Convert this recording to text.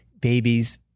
babies